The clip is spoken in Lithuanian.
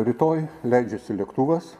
rytoj leidžiasi lėktuvas